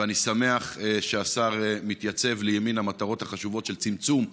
ואני שמח שהשר מתייצב לימין המטרות החשובות של צמצום הפערים,